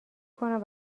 کنم